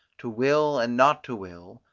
to will and not to will,